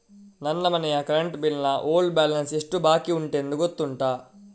ನನ್ನ ಮನೆಯ current bill ನ ಓಲ್ಡ್ ಬ್ಯಾಲೆನ್ಸ್ ಎಷ್ಟು ಬಾಕಿಯುಂಟೆಂದು ಗೊತ್ತುಂಟ?